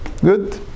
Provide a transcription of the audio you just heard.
good